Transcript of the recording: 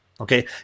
Okay